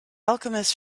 alchemist